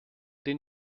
den